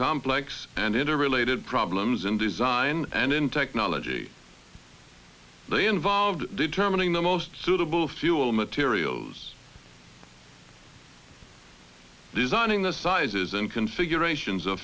complex and interrelated problems in design and in technology the involved determining the most suitable fuel materials designing the sizes and configurations of